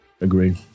Agreed